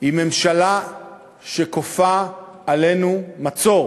עם ממשלה שכופה עלינו מצור.